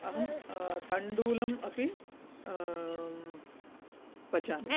अहं तण्डुलम् अपि पचामि